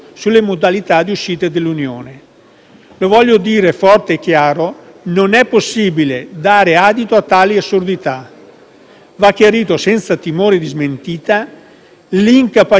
Lo voglio dire forte e chiaro: non è possibile dare adito a tali assurdità. Va chiarito, senza timore di smentita, l'incapacità manifesta della politica